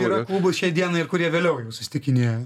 yra klubų šiai dienai ir kurie vėliau susitikinėja